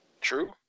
True